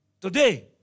Today